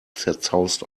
zerzaust